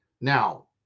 Now